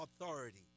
authority